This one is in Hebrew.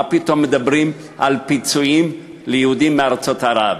מה פתאום מדברים על פיצויים ליהודים מארצות ערב.